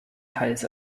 teils